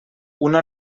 una